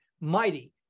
mighty